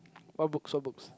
what books what books